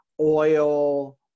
oil